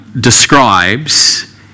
describes